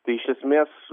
tai iš esmės